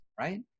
right